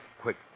quick